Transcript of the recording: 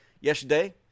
yesterday